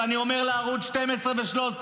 ואני אומר לערוצים 12 ו-13: